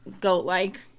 Goat-like